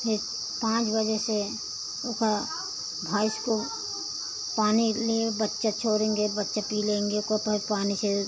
फिर पाँच बजे से ओका भईंस को पानी लिए बच्चा छोड़ेंगे बच्चा पी लेंगे को फिर पानी से